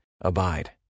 Abide